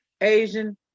Asian